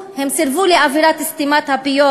הם סירבו לאווירת סתימת הפיות